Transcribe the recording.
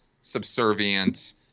subservient